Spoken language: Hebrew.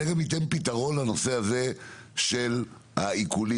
זה גם ייתן פתרון לנושא הזה של העיקולים.